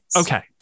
Okay